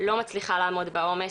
לא מצליחה לעמוד בעומס.